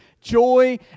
joy